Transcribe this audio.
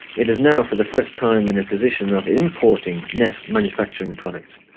it is now for the first time in a position of importing net manufacturing products.